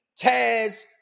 Taz